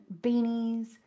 beanies